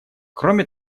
кроме